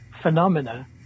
phenomena